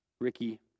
Ricky